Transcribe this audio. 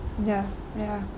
ya ya